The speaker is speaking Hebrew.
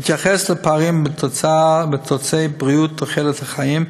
בהתייחס לפערים בתוצאי בריאות, תוחלת חיים,